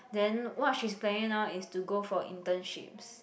then what she's planning now is to go for internships